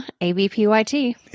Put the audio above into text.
A-B-P-Y-T